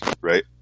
right